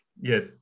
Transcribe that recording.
Yes